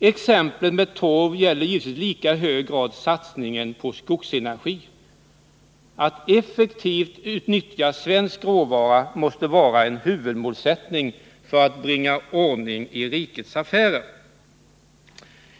Exemplet med torv gäller givetvis i lika hög grad satsningen på skogsenergi. Att effektivt utnyttja svensk råvara måste vara en huvudmålsättning för att bringa ordning i rikets affärer.